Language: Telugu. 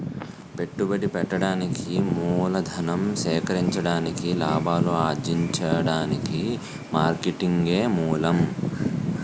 పెట్టుబడి పెట్టడానికి మూలధనం సేకరించడానికి లాభాలు అర్జించడానికి మార్కెటింగే మూలం